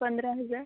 पंधरा हजार